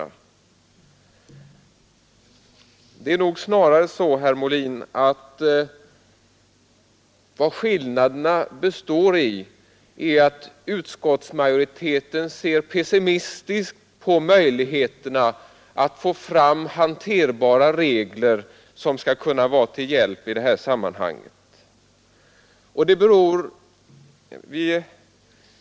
Det är nog snarare så, herr Molin, att utskottsmajoriteten ser pessimistiskt på möjligheterna att få fram hanterbara regler som kan vara till hjälp i detta sammanhang.